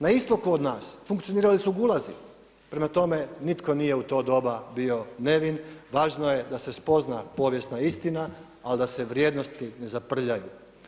Na istoku od nas, funkcionirali su gulazi, prema tome nitko nije u to doba bio nevin, važno je da se spozna povijesna istina, a da se vrijednosti ne zaprljaju.